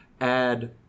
add